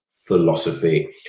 philosophy